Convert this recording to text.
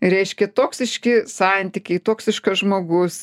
reiškia toksiški santykiai toksiškas žmogus